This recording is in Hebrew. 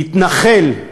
מתנחל,